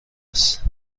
است